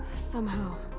somehow.